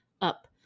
up